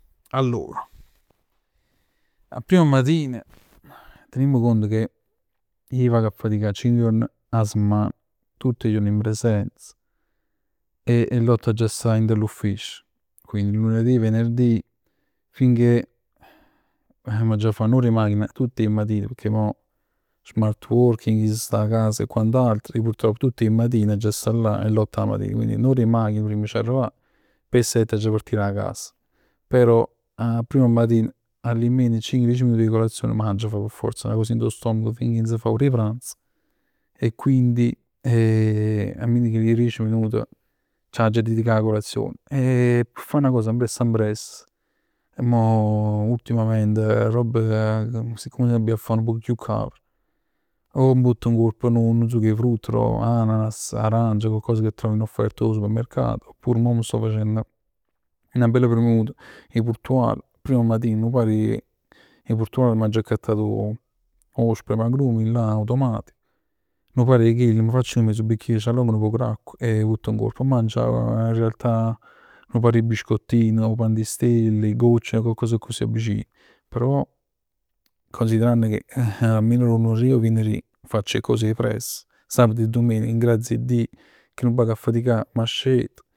Allor a prima matin, tenimm conto che ij vago a faticà cinc juorn 'a semman. Tutt 'e juorn in presenza e 'e l'otto aggia sta dint 'a l'ufficio. Quindi lunedì, venerdì, finchè m'aggià fa n'ora 'e machina tutt 'e matine, pecchè mo smart working, chi si sta a cas e quant'altro. Ij purtroppo tutt 'e matine aggia sta là 'e l'otto 'a matin. Quindi n'ora 'e machina prima 'e c' arrivà. Poi 'e sette aggia partì da casa, però a prima matina almeno cinc, diec minuti 'e colazione m'aggia fa. P' forza 'na cosa dint 'o stomaco finchè non si fa ora 'e pranzo. E quindi almeno dieci minut c'aggia dedicà 'a colazion. P' fa 'na cosa ambress ambress e mo ultimamente. Robb che siccome mo abbia a fa nu poc chiù caver, o m' vott nguorp nu succ 'e frutt ananas, arancia, coccos che trovo in offerta 'o supermercato. Oppure mo mi sto facenn 'na bella premuta 'e purtuall, 'a prima matin nu par 'e purtruall. M'aggio accattato 'o spremiagrumi là, automatico. Nu par 'e chell, m' facc nu miezz bicchier, c'vott nu poc d'acqua e vott nguorp. Mo mangio, in realtà nu par 'e biscottini, 'o pan di stelle, 'e gocciole. Coccos accussì vicin. Però considerann che almeno da 'o lunedì 'o venerdì facc 'e cos 'e pressa. Sabato e domenica in grazia 'e Dij che nun vago a faticà, m'scet.